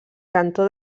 cantó